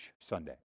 Sunday